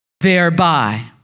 thereby